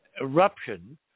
Eruption